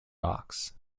box